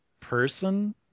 person